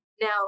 Now